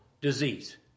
disease